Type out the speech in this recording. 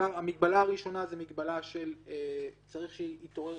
המגבלה הראשונה היא שצריך שיתעוררו